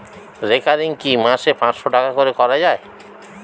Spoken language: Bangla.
রেকারিং কি মাসে পাঁচশ টাকা করে করা যায়?